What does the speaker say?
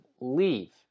leave